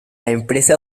empresa